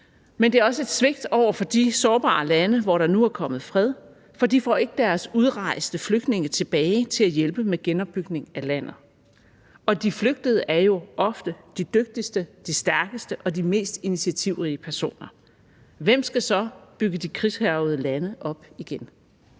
men det er også et svigt over for de sårbare lande, hvor der nu er kommet fred, for de får ikke deres udrejste flygtninge tilbage til at hjælpe med genopbygningen af landet, og de flygtede er jo ofte de dygtigste, de stærkeste, de mest initiativrige personer. Hvem skal så bygge de krigshærgede lande op igen?